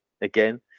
again